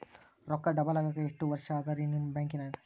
ರೊಕ್ಕ ಡಬಲ್ ಆಗಾಕ ಎಷ್ಟ ವರ್ಷಾ ಅದ ರಿ ನಿಮ್ಮ ಬ್ಯಾಂಕಿನ್ಯಾಗ?